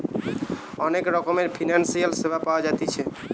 অনেক রকমের ফিনান্সিয়াল সেবা পাওয়া জাতিছে